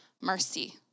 mercy